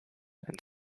and